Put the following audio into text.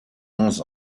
onze